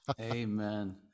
amen